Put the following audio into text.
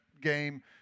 game